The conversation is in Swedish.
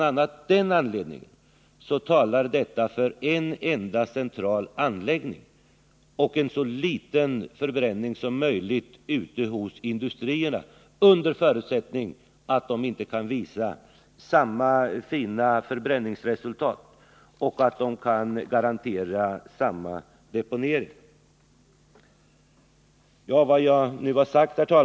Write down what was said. a. det talar för en enda central anläggning och en så liten förbränning som möjligt ute hos industrierna, såvida de inte kan visa samma fina förbränningsresultat och garantera samma säkra deponering som en centralanläggning kan göra.